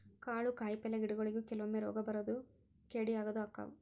ಕಾಳು ಕಾಯಿಪಲ್ಲೆ ಗಿಡಗೊಳಿಗು ಕೆಲವೊಮ್ಮೆ ರೋಗಾ ಬರುದು ಕೇಡಿ ಆಗುದು ಅಕ್ಕಾವ